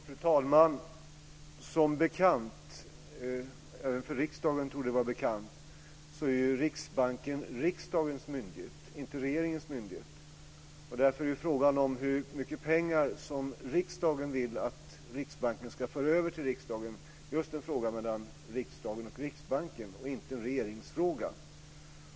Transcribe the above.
Fru talman! Även för riksdagen torde det vara bekant att Riksbanken är riksdagens myndighet, inte regeringens myndighet. Därför är frågan om hur mycket pengar som riksdagen vill att Riksbanken ska föra över till riksdagen just en fråga mellan riksdagen och Riksbanken och inte en regeringsfråga.